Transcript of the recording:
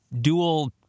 dual